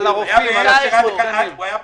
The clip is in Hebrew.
הוא הלך.